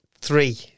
Three